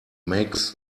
makes